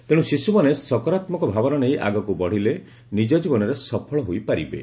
ତେଣୁ ଶିଶ୍ୱମାନେ ସକରାମ୍କ ଭାବନା ନେଇ ଆଗକୁ ବଢ଼ିଲେ ନିଜ ଜୀବନରେ ସଫଳ ହୋଇପାରିବେ